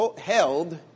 held